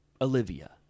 Olivia